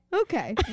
okay